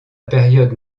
période